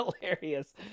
hilarious